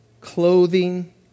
clothing